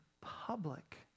public